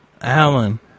Alan